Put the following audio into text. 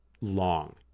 long